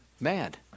mad